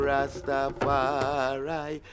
Rastafari